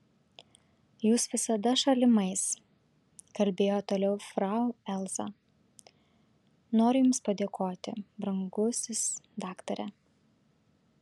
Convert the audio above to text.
jūs visada šalimais kalbėjo toliau frau elza noriu jums padėkoti brangusis daktare